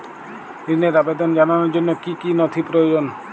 ঋনের আবেদন জানানোর জন্য কী কী নথি প্রয়োজন?